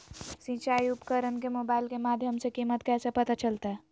सिंचाई उपकरण के मोबाइल के माध्यम से कीमत कैसे पता चलतय?